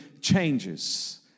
changes